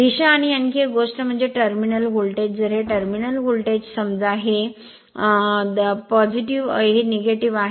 दिशा आणि आणखी एक गोष्ट म्हणजे टर्मिनल व्होल्टेज जर हे टर्मिनल व्होल्टेज समजा हे हे आहे